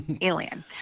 Alien